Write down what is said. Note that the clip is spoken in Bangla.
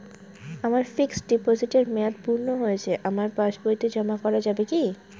আমার ফিক্সট ডিপোজিটের মেয়াদ পূর্ণ হয়েছে আমার পাস বইতে জমা করা যাবে কি?